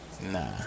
Nah